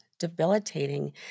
debilitating